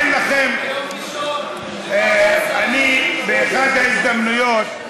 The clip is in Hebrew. אין לכם, ביום ראשון, אני באחת ההזדמנויות,